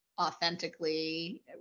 authentically